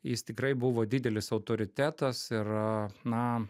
jis tikrai buvo didelis autoritetas ir na